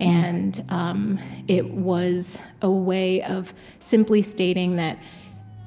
and um it was a way of simply stating that